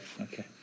Okay